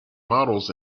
models